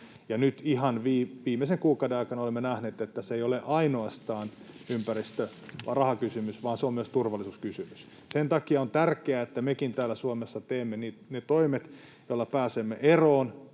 nyt ihan viimeisen kuukauden aikana olemme nähneet, että se ei ole ainoastaan ympäristö- ja rahakysymys vaan se on myös turvallisuuskysymys. Sen takia on tärkeää, että mekin täällä Suomessa teemme nyt ne toimet, joilla pääsemme eroon